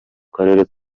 karere